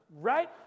right